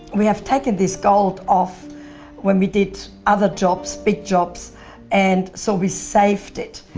we have taken this gold off when we did other jobs, big jobs and so we save it.